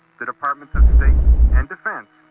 the departments of state and defense,